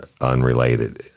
unrelated